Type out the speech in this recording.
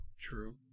True